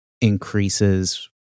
increases